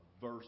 verse